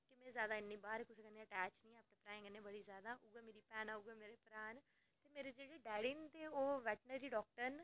में बाहर इन्नी जादा कुसै कन्नै अटैच निं ऐ में अपने भ्राऐं कन्नै बड़ी जादा उऐ मेरी भैन ते उऐ मेरे भ्राऽ न ते मेरे जेह्के डैडी न ओह् वैटनरी डाक्टर न